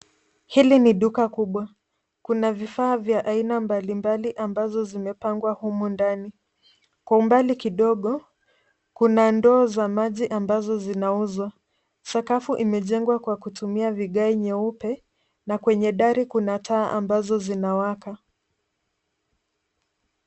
Hili ni duka kubwa. Kuna vifaa vya aina mbalimbali ambazo zimepangwa humu ndani. Kwa umbali kidogo kuna ndoo za maji ambazo zinauzwa. Sakafu imejengwa kwa kutumia vigae nyeupe na kwenye dari kuna taa ambazo zinawaka.